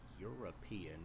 European